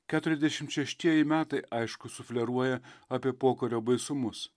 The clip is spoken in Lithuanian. keturiasdešimt šeštieji metai aišku sufleruoja apie pokario baisumus